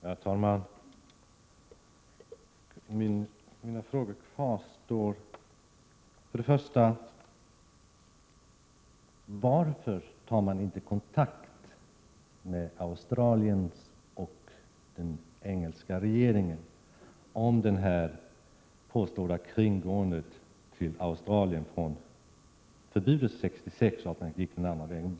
Herr talman! Mina frågor kvarstår. För det första: Varför tar man inte kontakt med den australiensiska och den engelska regeringen om det påstådda kringgåendet av förbudet 1966 till Australien?